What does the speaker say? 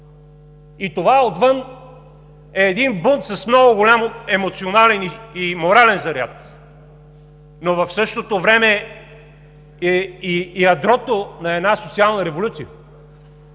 И това отвън е един бунт с много голям емоционален и морален заряд. Но в същото време е и ядрото на една социална революция,